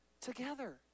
together